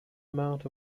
amount